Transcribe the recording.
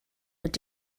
mit